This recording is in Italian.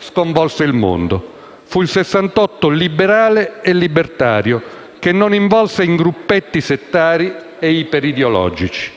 sconvolse il mondo. Fu il Sessantotto liberale e libertario che non involse in gruppetti settari e iperideologici.